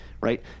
right